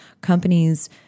Companies